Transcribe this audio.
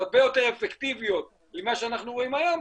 הרבה יותר אפקטיביות ממה שאנחנו רואים היום,